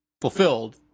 fulfilled